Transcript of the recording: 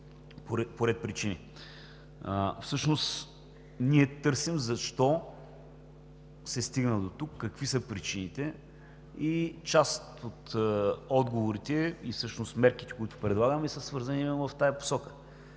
по ред причини. Всъщност ние търсим защо се стигна дотук, какви са причините и част от отговорите, от мерките, които предлагаме, са свързани именно в тази посока.